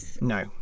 No